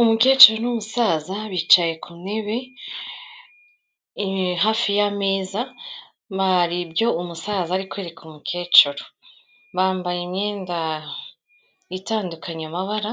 Umukecuru n'umusaza bicaye ku ntebe, hafi y'ameza, hari ibyo umusaza ari kwereka umukecuru. Bambaye imyenda itandukanye amabara,